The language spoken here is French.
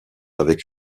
avec